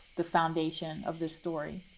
the foundation of this story